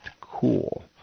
cool